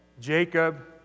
Jacob